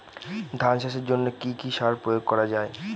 ধান চাষের জন্য কি কি সার প্রয়োগ করা য়ায়?